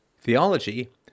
theology